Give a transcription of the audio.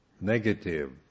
negative